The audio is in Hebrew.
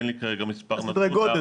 אין לי כרגע מספר מדויק.